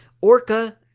orca